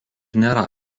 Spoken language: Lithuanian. nėra